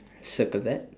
circle that